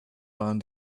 waren